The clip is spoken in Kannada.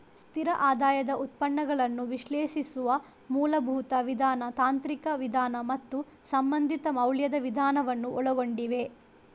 ಸ್ಥಿರ ಆದಾಯದ ಉತ್ಪನ್ನಗಳನ್ನು ವಿಶ್ಲೇಷಿಸುವ ಮೂಲಭೂತ ವಿಧಾನ, ತಾಂತ್ರಿಕ ವಿಧಾನ ಮತ್ತು ಸಂಬಂಧಿತ ಮೌಲ್ಯದ ವಿಧಾನವನ್ನು ಒಳಗೊಂಡಿವೆ